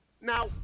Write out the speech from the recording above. now